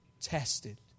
tested